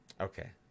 okay